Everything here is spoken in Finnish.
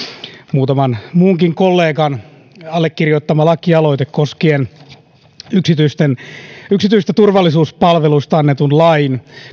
muutaman muunkin kollegan allekirjoittama lakialoite koskien yksityisistä turvallisuuspalveluista annetun lain